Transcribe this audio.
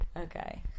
Okay